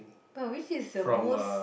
oh this is the most